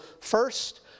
first